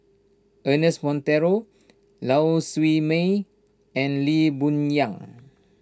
Ernest Monteiro Lau Siew Mei and Lee Boon Yang